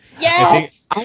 yes